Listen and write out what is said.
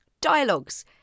Dialogues